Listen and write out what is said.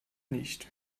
nicht